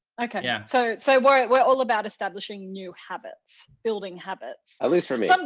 ok. yeah. so so we're we're all about establishing new habits, building habits. at least for me. um